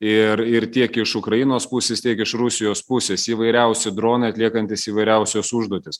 ir ir tiek iš ukrainos pusės tiek iš rusijos pusės įvairiausi dronai atliekantys įvairiausias užduotis